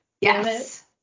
Yes